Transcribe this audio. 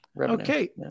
Okay